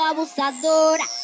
Abusadora